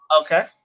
okay